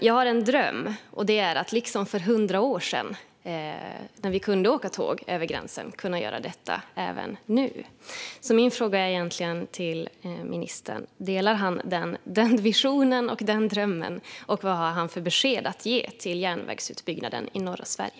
Jag har en dröm, och den är att liksom vi gjorde för hundra år sedan kunna åka tåg över gränsen även nu. Min fråga till ministern är om han delar den visionen och den drömmen och vad han har för besked att ge om järnvägsutbyggnaden i norra Sverige.